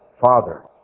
Father